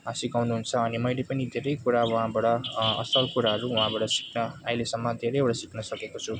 सिकाउनुहुन्छ अनि मैले पनि धेरै कुरा उहाँबाट असल कुराहरू उहाँबाट सिक्न अहिलेसम्म धेरैवटा सिक्नसकेको छु